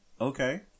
Okay